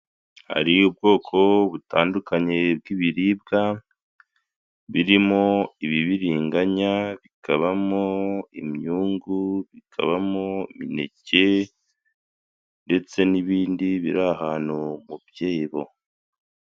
Hari ubwoko butandukanye bw'ibiribwa birimo ibibiriganya, bikabamo imyungu, bikabamo imineke ndetse n'ibindi biri ahantu mu byibo.